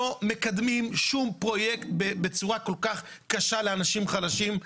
לא מקדמים שום פרויקט בצורה כל כך קשה לאנשים חלשים,